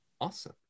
awesome